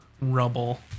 rubble